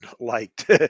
liked